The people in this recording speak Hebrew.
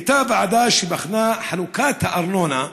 הייתה ועדה שבחנה את חלוקת הארנונה,